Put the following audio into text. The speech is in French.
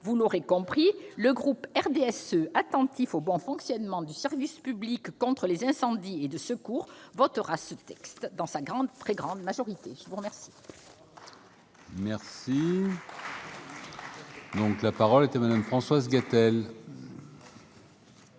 Vous l'aurez compris, le groupe du RDSE, attentif au bon fonctionnement du service public de lutte contre les incendies et de secours, votera ce texte, dans sa très grande majorité. La parole est à Mme Françoise Gatel,